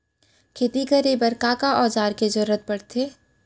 खेती करे बर का का औज़ार के जरूरत पढ़थे?